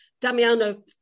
Damiano